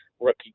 rookie